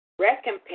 Recompense